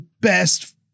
Best